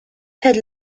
het